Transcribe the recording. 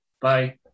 Bye